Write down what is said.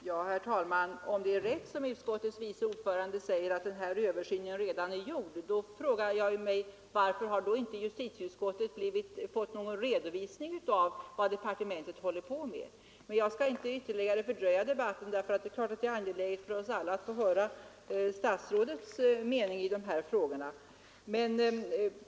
Herr talman! Om det är rätt som utskottet vice ordförande säger, att den här översynen redan är gjord, frågar jag mig: Varför har då inte justitieutskottet fått någon redovisning av vad departementet håller på med? Jag skall emellertid inte ytterligare förlänga debatten, för det är naturligtvis angeläget för oss alla att få höra statsrådets mening i de här frågorna.